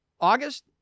August